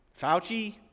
Fauci